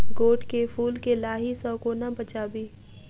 गोट केँ फुल केँ लाही सऽ कोना बचाबी?